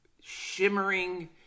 shimmering